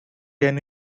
than